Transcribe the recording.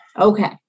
Okay